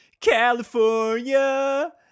California